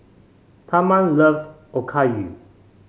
Thurman loves Okayu